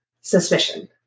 suspicion